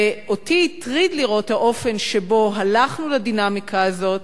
ואותי הטריד האופן שבו הלכנו לדינמיקה הזאת,